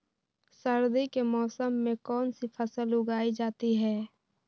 सर्दी के मौसम में कौन सी फसल उगाई जाती है?